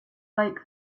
like